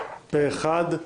הצבעה בעד,